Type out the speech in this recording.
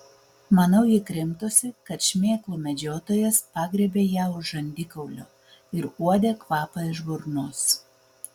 manau ji krimtosi kad šmėklų medžiotojas pagriebė ją už žandikaulio ir uodė kvapą iš burnos